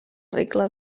regla